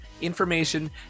information